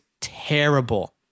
terrible